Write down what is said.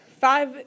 five